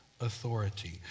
authority